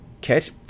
catch